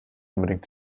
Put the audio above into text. unbedingt